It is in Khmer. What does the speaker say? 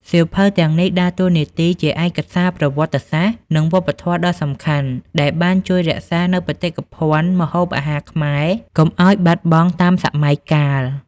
សៀវភៅទាំងនេះដើរតួនាទីជាឯកសារប្រវត្តិសាស្ត្រ និងវប្បធម៌ដ៏សំខាន់ ដែលបានជួយ រក្សានូវបេតិកភណ្ឌម្ហូបអាហារខ្មែរ កុំឲ្យបាត់បង់តាមសម័យកាល។